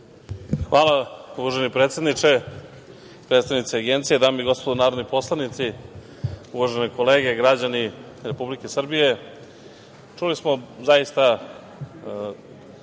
Hvala, uvaženi predsedniče. Predstavnici Agencije, dame i gospodo narodni poslanici, uvažene kolege, građani Republike Srbije, čuli smo zaista